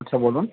আচ্ছা বলুন